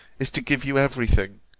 is to give you every thing.